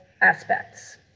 aspects